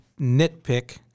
nitpick